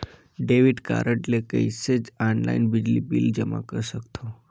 Debit card ले कइसे online बिजली बिल जमा कर सकथव?